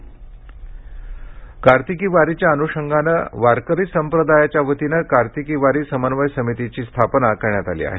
कार्तिकी कार्तिकी वारीच्या अन्षंगानं वारकरी संप्रदायाच्या वतीनं कार्तिकी वारी समन्वय समितीची स्थापना करण्यात आली आहे